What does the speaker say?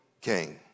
king